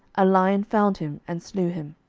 a lion found him, and slew him.